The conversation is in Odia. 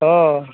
ହଁ